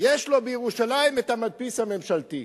יש בירושלים המדפיס הממשלתי.